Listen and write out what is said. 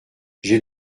j’ai